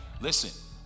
listen